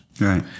Right